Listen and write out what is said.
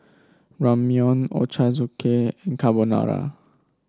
Ramyeon Ochazuke and Carbonara